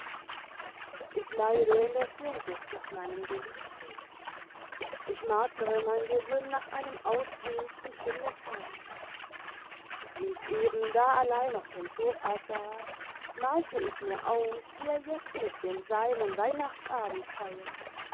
ich leide in der sehnsucht nach meinem geliebten ich martere mein gehirn nach einem ausweg und finde keinen wie ich eben da allein auf dem sofa saß malte ich mir aus wie er jetzt mit den seinen weihnachtsabend feiert